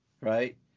right